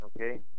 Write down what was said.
okay